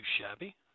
shabby